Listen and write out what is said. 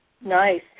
Nice